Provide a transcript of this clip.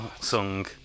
song